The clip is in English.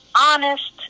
honest